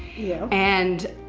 yeah. and